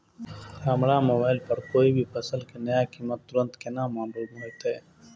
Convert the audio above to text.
हमरा मोबाइल पर कोई भी फसल के नया कीमत तुरंत केना मालूम होते?